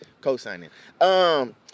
Co-signing